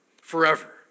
forever